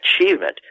achievement